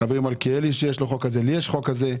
חברי מלכיאלי שיש לו חוק כזה, לי יש חוק כזה,